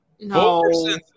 No